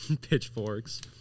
pitchforks